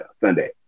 Sunday